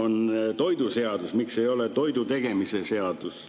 On toiduseadus, miks see ei ole toidutegemise seadus?